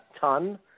ton